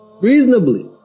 Reasonably